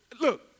Look